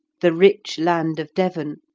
the rich land of devon,